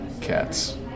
Cats